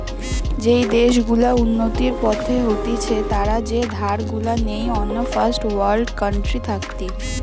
যেই দেশ গুলা উন্নতির পথে হতিছে তারা যে ধার গুলা নেই অন্য ফার্স্ট ওয়ার্ল্ড কান্ট্রি থাকতি